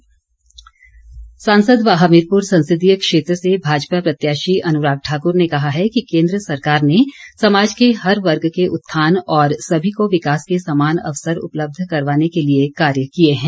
अनुराग सांसद व हमीरपुर संसदीय क्षेत्र से भाजपा प्रत्याशी अनुराग ठाकुर ने कहा है कि केंद्र सरकार ने समाज के हर वर्ग के उत्थान और सभी को विकास के समान अवसर उपलब्ध करवाने के लिए कार्य किए हैं